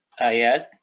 ayat